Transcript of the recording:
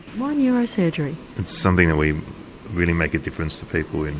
why neurosurgery? it's something that. we really make a difference to people,